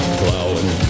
plowing